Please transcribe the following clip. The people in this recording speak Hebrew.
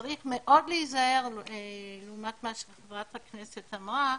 צריך מאוד להיזהר, לעומת מה שחברת הכנסת אמרה,